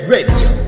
Radio